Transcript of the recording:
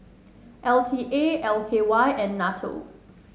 L T A L K Y and NATO